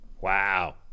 wow